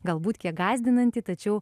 galbūt kiek gąsdinantį tačiau